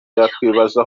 yakwibaza